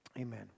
Amen